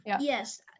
Yes